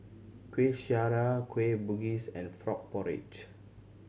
Kuih Syara Kueh Bugis and frog porridge